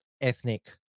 ethnic